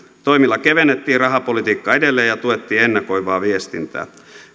toimilla kevennettiin rahapolitiikkaa edelleen ja tuettiin ennakoivaa viestintää